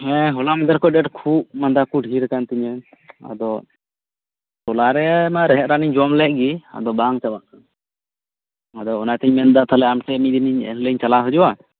ᱦᱮᱸ ᱦᱚᱞᱟ ᱢᱟᱫᱷᱮᱨ ᱠᱷᱚᱱ ᱟᱹᱰᱤ ᱟᱸᱴ ᱠᱷᱩᱜ ᱢᱟᱫᱟ ᱠᱚ ᱰᱷᱮᱨ ᱟᱠᱟᱱ ᱛᱤᱧᱟᱹ ᱟᱫᱚ ᱦᱚᱞᱟ ᱨᱮᱢᱟ ᱨᱮᱦᱮᱫ ᱨᱟᱱ ᱤᱧ ᱡᱚᱢ ᱞᱮᱜ ᱜᱮ ᱟᱫᱚ ᱵᱟᱝ ᱪᱟᱵᱟᱜ ᱠᱟᱱᱟ ᱟᱫᱚ ᱚᱱᱟᱛᱮᱧ ᱢᱮᱱ ᱫᱟ ᱛᱟᱦᱚᱞᱮ ᱟᱢᱴᱷᱮᱱ ᱢᱤᱫ ᱫᱤᱱ ᱤᱧ ᱞᱤᱧ ᱪᱟᱞᱟᱣ ᱦᱤᱡᱩᱜᱼᱟ